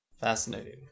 Fascinating